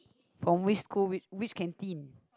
from which school which which canteen